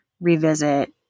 revisit